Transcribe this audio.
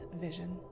vision